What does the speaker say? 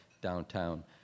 downtown